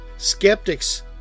Skeptics